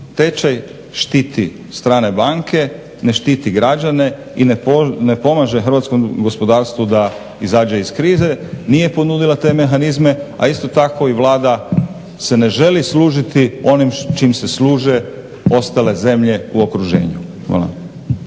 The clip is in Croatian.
tečaj, štiti strane banke, ne štiti građane i ne pomaže hrvatskom gospodarstvu da izađe iz krize. Nije ponudila te mehanizme a isto tako i Vlada se ne želi služiti onim čim se služe ostale zemlje u okruženju.